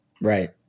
Right